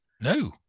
No